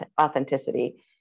authenticity